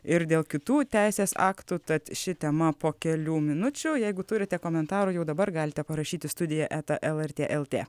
ir dėl kitų teisės aktų tad ši tema po kelių minučių jeigu turite komentarų jau dabar galite parašyti studija eta lrt lt